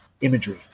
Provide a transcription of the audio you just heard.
imagery